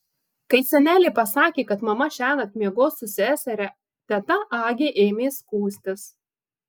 kai senelė pasakė kad mama šiąnakt miegos su seseria teta agė ėmė skųstis